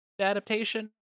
adaptation